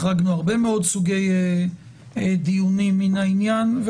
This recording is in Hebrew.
החרגנו הרבה מאוד סוגי דיונים מן העניין.